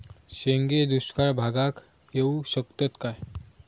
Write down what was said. शेंगे दुष्काळ भागाक येऊ शकतत काय?